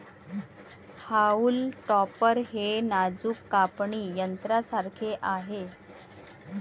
haulm topper हे नाजूक कापणी यंत्रासारखे आहे